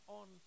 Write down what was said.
on